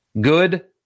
good